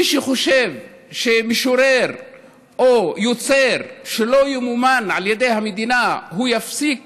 מי שחושב שמשורר או יוצר שלא ימומן על ידי המדינה יפסיק